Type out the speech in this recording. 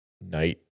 night